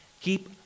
keep